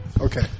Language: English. Okay